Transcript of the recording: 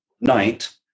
night